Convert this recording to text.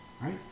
right